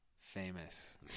famous